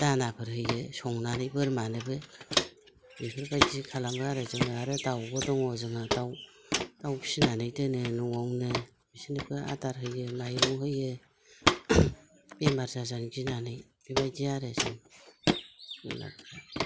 दानाफोर होयो संनानै बोरमानोबो बेफोरबायदि खालामो आरो जोङो आरो दाउबो दङ जोङो दाउ दाउ फिसिनानै दोनो न'आवनो बिसोरनोबो आदार होयो माइरं होयो बेमार जाजानो गिनानै बेबायदि आरो जों माबाफ्रा